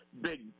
big